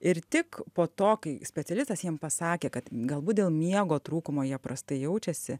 ir tik po to kai specialistas jiem pasakė kad galbūt dėl miego trūkumo jie prastai jaučiasi